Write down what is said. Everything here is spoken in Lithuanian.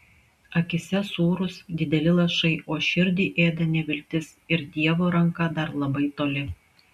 akyse sūrūs dideli lašai o širdį ėda neviltis ir dievo ranka dar labai toli